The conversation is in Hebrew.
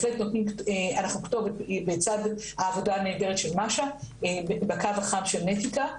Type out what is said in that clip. כתובת בצד העבודה הנהדרת של מאשה בקו החם של נטיקה,